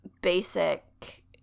basic